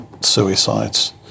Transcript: suicides